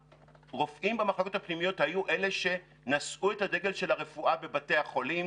הרופאים במחלקות הפנימיות היו אלו שנשאו את הדגל של הרפואה בבתי החולים,